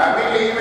תאמין לי,